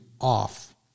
off